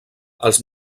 els